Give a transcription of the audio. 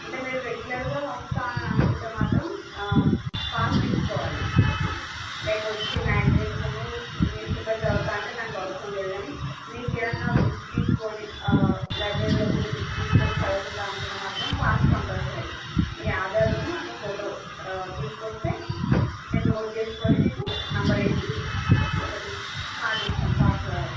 అంటే మీరు రెగ్యులర్ గా వస్తాననుకుంటే మాత్రం పాస్ తీసుకోవాలి లేక వచ్చి మ్యాక్జిన్స్ ను న్యూస్ పేపర్ చదువుతాంటే దానికి అవసరం లేదు కానీ మీకేమన్నా బుక్స్ తీసుకొని ఆ లైబ్రరీ లోకి వెళ్ళి బుక్స్ తీసుకొని చదువుకుంటా అనుకుంటే మాత్రం పాస్ కంపల్సరీ మీ ఆధారును ఒక ఫోటో తీసుకొస్తే మేము నోట్ చేసుకొని మీకు నంబర్ వేసి ఒకటి కార్డు ఇస్తాం పాస్ లాగా